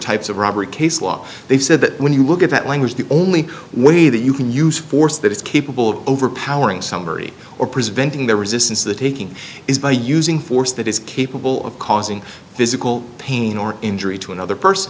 types of robbery case law they said that when you look at that language the only way that you can use force that is capable of overpowering summary or preventing the resistance the taking is by using force that is capable of causing physical pain or injury to another person